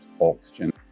oxygen